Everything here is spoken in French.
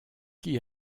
qu’y